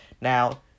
Now